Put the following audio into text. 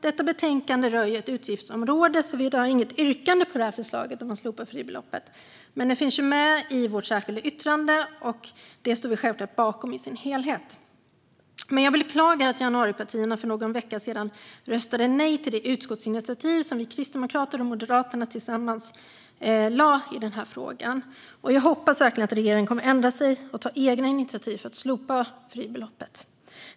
Detta betänkande rör ett utgiftsområde, och vi har därför ingen reservation. Men förslaget att slopa fribeloppet finns med i vårt särskilda yttrande, som jag självklart står bakom i sin helhet. Jag beklagar dock att januaripartierna för någon vecka sedan röstade nej till det utskottsinitiativ som Kristdemokraterna och Moderaterna tillsammans tog i denna fråga. Jag hoppas verkligen att regeringen kommer att ändra sig och ta egna initiativ för att slopa fribeloppet.